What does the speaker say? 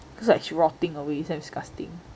cause it's like rotting away it's damn disgusting